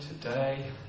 today